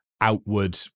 outward